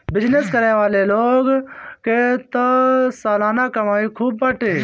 business करे वाला लोग के तअ सलाना कमाई खूब बाटे